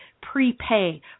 prepay